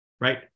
right